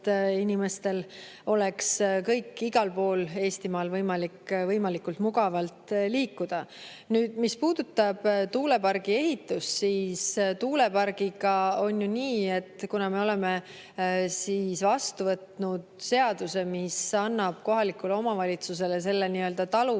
inimestel oleks igal pool Eestimaal võimalikult mugav liikuda. Mis puudutab tuulepargi ehitust, siis tuulepargiga on ju nii, et kuna me oleme vastu võtnud seaduse, mis annab kohalikule omavalitsusele selle nii-öelda taluvustasu,